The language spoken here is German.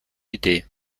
idee